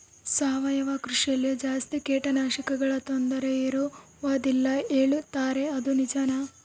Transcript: ಸಾವಯವ ಕೃಷಿಯಲ್ಲಿ ಜಾಸ್ತಿ ಕೇಟನಾಶಕಗಳ ತೊಂದರೆ ಇರುವದಿಲ್ಲ ಹೇಳುತ್ತಾರೆ ಅದು ನಿಜಾನಾ?